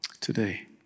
today